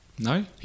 No